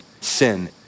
sin